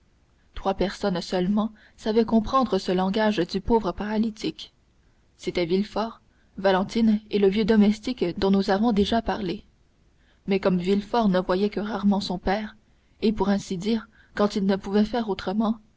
trois personnes seulement savaient comprendre ce langage du pauvre paralytique c'était villefort valentine et le vieux domestique dont nous avons déjà parlé mais comme villefort ne voyait que rarement son père et pour ainsi dire quand il ne pouvait faire autrement